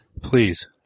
Please